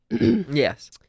Yes